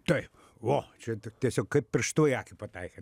taip vo čia tie tiesiog kaip pirštu į akį pataikė